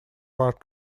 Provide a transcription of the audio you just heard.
war